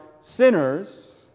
sinners